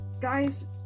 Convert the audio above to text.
guys